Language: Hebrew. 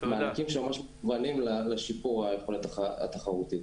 מענקים שממש מכוונים לשיפור היכולת התחרותית.